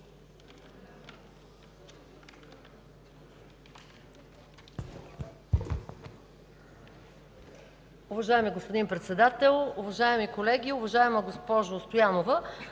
Уважаеми господин Председател, уважаеми колеги! Уважаема госпожо Стоянова,